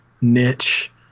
Niche